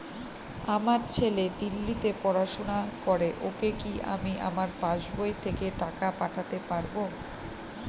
আমার ছেলে দিল্লীতে পড়াশোনা করে ওকে কি আমি আমার পাসবই থেকে টাকা পাঠাতে পারব?